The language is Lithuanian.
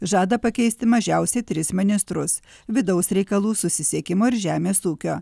žada pakeisti mažiausiai tris ministrus vidaus reikalų susisiekimo ir žemės ūkio